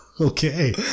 Okay